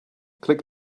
click